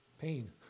pain